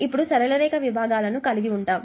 ఇప్పుడు సరళ రేఖ విభాగాలను కలిగి ఉన్నాము